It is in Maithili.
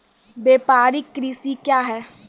व्यापारिक कृषि क्या हैं?